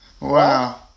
Wow